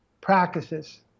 practices